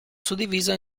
suddiviso